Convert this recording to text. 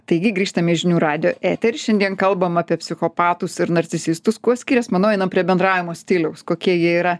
taigi grįžtame į žinių radijo etery šiandien kalbam apie psichopatus ir narcisistus kuo skirias manau einam prie bendravimo stiliaus kokie jie yra